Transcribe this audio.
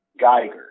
Geiger